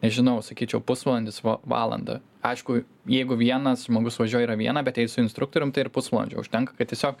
nežinau sakyčiau pusvalandis va valanda aišku jeigu vienas žmogus važiuoja yra viena bet jei su instruktorium tai ir pusvalandžio užtenka kad tiesiog